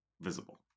visible